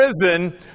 prison